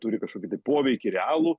turi kažkokį tai poveikį realų